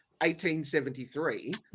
1873